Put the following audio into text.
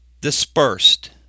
dispersed